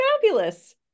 fabulous